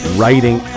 writing